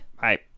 Bye